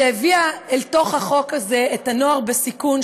שהביאה לחוק הזה את הנוער בסיכון,